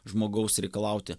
žmogaus reikalauti